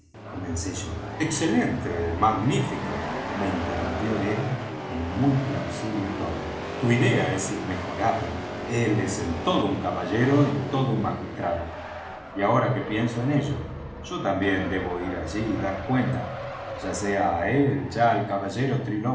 comencé yo excelente magnífico me interrumpió él en muy plausible tono tu idea es immejorable él es todo un caballero y todo un magistrado y ahora que pienso en ello yo también debo ir allá y dar cuenta ya sea á él ya al caballero